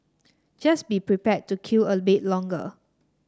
just be prepared to queue a bit longer